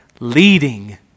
leading